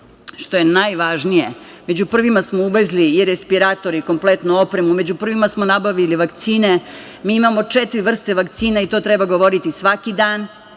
Što je najvažnije, među prvima smo uvezli i respiratore i kompletnu opremu. Među prvima smo nabavili vakcine. Mi imamo četiri vrsta vakcina i to treba govoriti svaki dan,